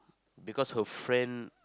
because her friend